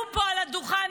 עלו פה על הדוכן,